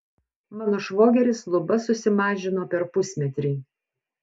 mano švogeris lubas susimažino per pusmetrį